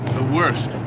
the worst.